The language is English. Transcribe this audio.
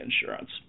insurance